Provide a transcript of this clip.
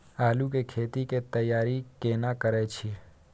आलू के खेती के तैयारी केना करै छै?